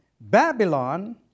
Babylon